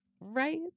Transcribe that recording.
Right